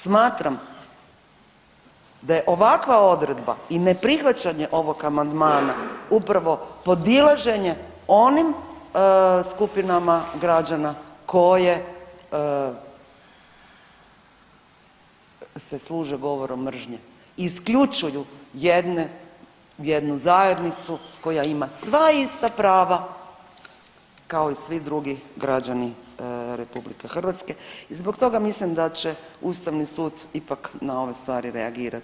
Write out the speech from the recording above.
Smatram da je ovakva odredba i ne prihvaćanje ovakvog amandmana upravo podilaženje onim skupinama građana koje se služe govorom mržnje i isključuju jednu zajednicu koja ima sva ista prava kao i svi drugi građani RH i zbog toga mislim da će ustavni sud ipak na ove stvari reagirat.